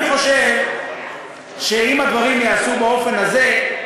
אני חושב שאם הדברים ייעשו באופן הזה,